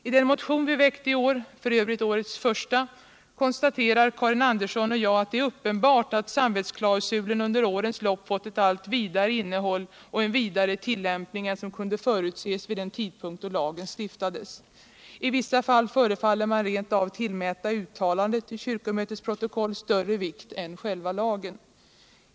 I den motion vi väckt i år — f. ö. årets första — konstaterar Karin Andersson och jag att det är uppenbart att samvetsklausulen under årens Jopp fått ett allt vidare innehåll och en vidare tillämpning än som kunde förutses vid den tidpunkt då lagen stiftades. I vissa fall förefaller man rent av tillmäta uttalandet till kyrkomötets protokoll större vikt än själva lagen.